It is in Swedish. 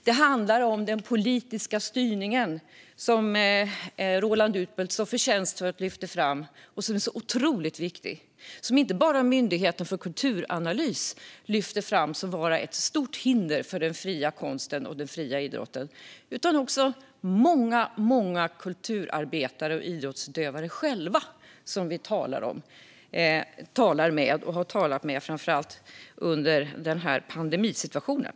Det handlar om den politiska styrningen, som Roland Utbult så förtjänstfullt lyfte fram, och den är så otroligt viktig. Det är inte bara Myndigheten för kulturanalys som har lyft fram att modellen är ett stort hinder för den fria konsten och den fria idrotten, utan det har även många kulturarbetare och idrottsutövare själva gjort under framför allt pandemin.